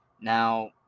Now